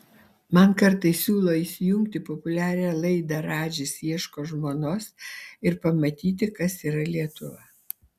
man kartais siūlo įsijungti populiarią laidą radžis ieško žmonos ir pamatyti kas yra lietuva